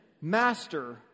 master